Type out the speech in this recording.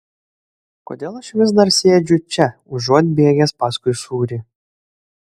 kodėl aš vis dar sėdžiu čia užuot bėgęs paskui sūrį